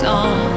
on